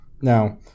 Now